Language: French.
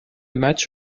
match